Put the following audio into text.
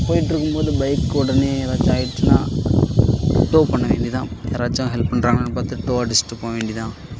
போய்ட்ருக்கும் போது பைக் உடனே ஏதாச்சும் ஆகிடுச்சுனா டோ பண்ண வேண்டியது தான் யாராச்சும் ஹெல்ப் பண்ணுறாங்களான்னு பார்த்து டோ அடிச்சுட்டு போக வேண்டியதான்